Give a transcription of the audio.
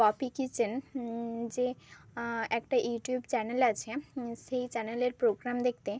poppy Kitchen যে একটা YouTube channel আছে সেই চ্যানেলের প্রোগ্রাম দেখতে